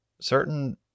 certain